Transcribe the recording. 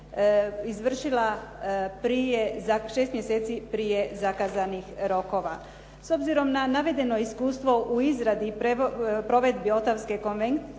izvršila prije 6 mjeseci, prije zakazanih rokova. S obzirom na navedeno iskustvo u izradi i provedbi Ottawske konvencije